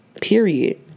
Period